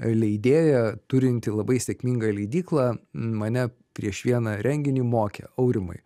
leidėja turinti labai sėkmingą leidyklą mane prieš vieną renginį mokė aurimai